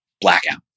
blackout